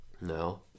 No